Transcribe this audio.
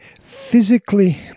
physically